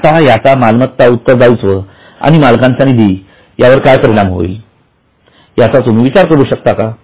आता याचा मालमत्ता उत्तर दायित्व आणि मालकांचा निधी यावर काय परिणाम होईल याचा तुम्ही विचार करू शकता का